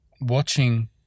watching –